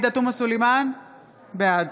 (קוראת